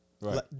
Right